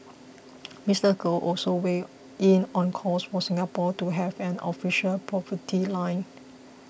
Mister Goh also weighed in on calls for Singapore to have an official poverty line